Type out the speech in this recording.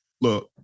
Look